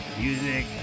music